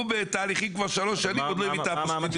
הוא בתהליכים כבר שלוש שנים ועוד לא הביא את האפוסטיל.